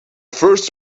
first